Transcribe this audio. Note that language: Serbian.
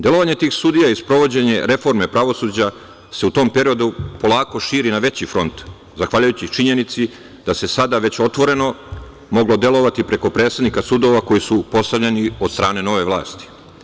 Delovanje tih sudija i sprovođenje reforme pravosuđa se u tom periodu polako širi na veći front, zahvaljujući činjenici da se sada već otvoreno moglo delovati preko predsednika sudova koji su postavljeni od strane nove vlasti.